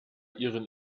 ihren